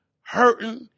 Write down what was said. hurting